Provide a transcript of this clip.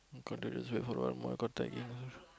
got to do this wait for a moment